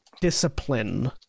Discipline